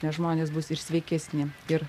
nes žmonės bus ir sveikesni ir